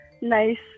nice